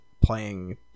playing